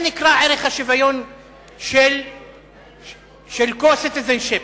זה נקרא ערך השוויון של כל citizenship.